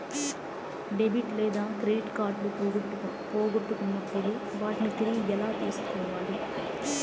debit లేదా credit కార్డులు పోగొట్టుకున్నప్పుడు వాటిని తిరిగి ఎలా తీసుకోవాలి